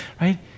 right